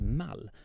mall